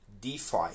DeFi